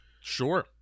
Sure